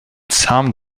some